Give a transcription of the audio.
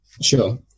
Sure